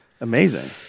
Amazing